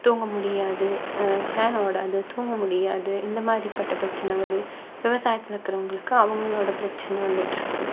தூங்க முடியாது ஃபேன் ஓடாது தூங்க முடியாது இந்த மாதிரிப்பட்ட பிரச்சனை வருது விவசாயத்தில் இருக்குறவங்களுக்கு அவர்களோட பிரச்சனை வந்துட்டு இருக்குது